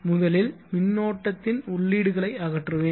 முதலில் மின்னோட்டத்தின் உள்ளீடுகளை அகற்றுவேன்